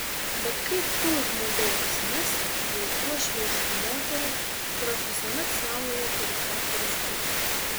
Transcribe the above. bet kaip tu žmogau apsimesi jei uošvė iš tų moterų kurios visuomet saujoje turi keturis tūzus